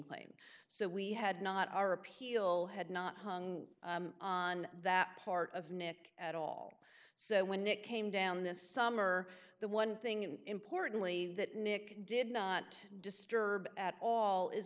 claim so we had not our appeal had not hung on that part of nick at all so when it came down this summer the one thing importantly that nick did not disturb at all is